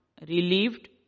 relieved